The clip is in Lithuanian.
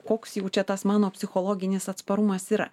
koks jau čia tas mano psichologinis atsparumas yra